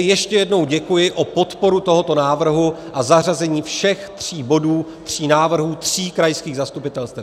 Ještě jednou děkuji za podporu tohoto návrhu a zařazení všech tří bodů, tří návrhů tří krajských zastupitelstev.